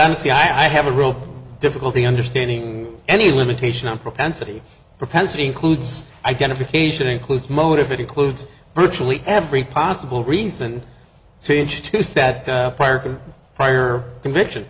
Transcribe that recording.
honestly i have a real difficulty understanding any limitation on propensity propensity includes identification includes mode if it includes virtually every possible reason to change to set up prior prior conviction